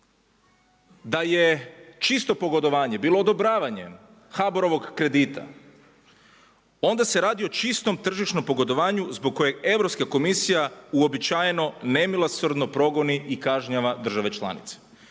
da je čisto pogodovanje, bilo odobravanje, HBOR-ovog kredita, onda se radi o čistom tržišnom pogodovanju zbog kojeg Europska komisija uobičajeno, nemilosrdno progoni i kažnjava države članice.